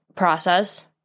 Process